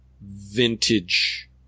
vintage